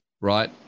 right